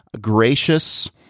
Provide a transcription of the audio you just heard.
gracious